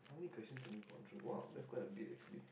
how many questions have we gone through !wow! that's quite a bit actually